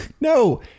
no